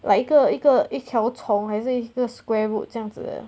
like 一个一个一条虫还是一个 square root 这样子